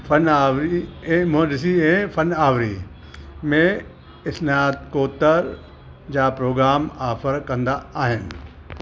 फनावी ऐं मो ॾिसी फन आवी में स्नार्तकोतर जा प्रोग्राम ऑफर कंदा आहिनि